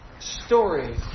stories